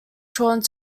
shortened